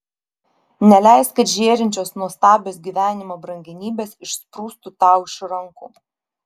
neleisk kad žėrinčios nuostabios gyvenimo brangenybės išsprūstų tau iš rankų